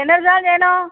என்ன வேணும்